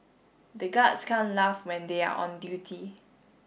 the guards can't laugh when they are on duty